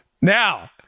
Now